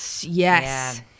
yes